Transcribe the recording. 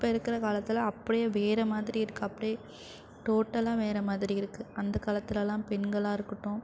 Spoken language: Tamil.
இப்போ இருக்கிற காலத்தில் அப்படியே வேறுமாதிரி இருக்குது அப்படியே டோட்டலாக வேறுமாதிரி இருக்குது அந்த காலத்திலலாம் பெண்களாக இருக்கட்டும்